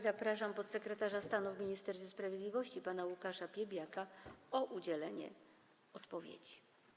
Zapraszam podsekretarza stanu w Ministerstwie Sprawiedliwości pana Łukasza Piebiaka do udzielenia odpowiedzi.